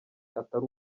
atari